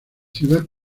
ciudad